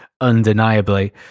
undeniably